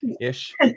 ish